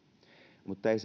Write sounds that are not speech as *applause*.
mutta ei *unintelligible*